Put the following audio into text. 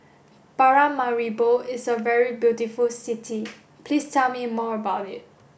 Paramaribo is a very beautiful city Please tell me more about it